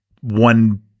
one